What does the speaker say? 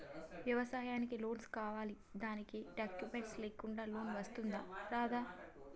వ్యవసాయానికి లోన్స్ కావాలి దానికి డాక్యుమెంట్స్ లేకుండా లోన్ వస్తుందా రాదా?